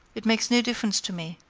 it makes no difference to me,